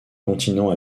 continent